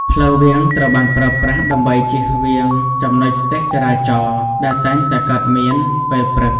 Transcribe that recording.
ផ្លូវវាង ត្រូវបានប្រើប្រាស់ដើម្បីជៀសវាងចំណុចស្ទះចរាចរណ៍ដែលតែងតែកើតមានពេលព្រឹក។